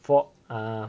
four ah